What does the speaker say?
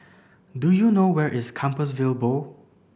do you know where is Compassvale Bow